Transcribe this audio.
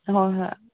ꯍꯣꯏ ꯍꯣꯏ